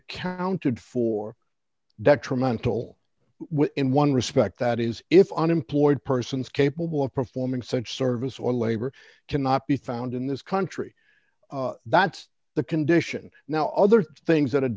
accounted for detrimental in one respect that is if unemployed persons capable of performing such service or labor cannot be found in this country that's the condition now other things that a